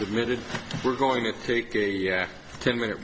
submitted we're going to take a ten minute